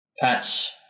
Patch